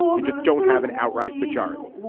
they just don't have an outright majority.